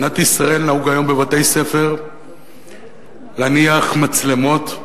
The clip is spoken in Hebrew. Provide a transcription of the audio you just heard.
במדינת ישראל נהוג היום בבתי-ספר להניח מצלמות,